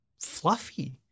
fluffy